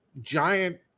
giant